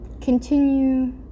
continue